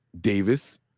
Davis